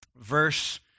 verse